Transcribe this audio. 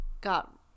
got